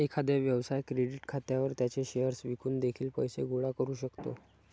एखादा व्यवसाय क्रेडिट खात्यावर त्याचे शेअर्स विकून देखील पैसे गोळा करू शकतो